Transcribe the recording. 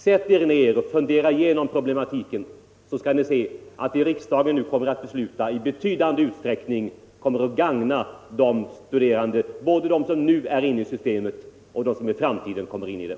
Sätt er ner och fundera igenom problematiken, så skall ni finna att det riksdagen nu kommer att besluta i betydande utsträckning skall gagna de studerande, både dem som nu är inne i systemet och dem som i framtiden kommer in i det.